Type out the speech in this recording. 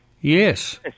yes